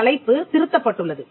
தலைப்பு திருத்தப்பட்டுள்ளது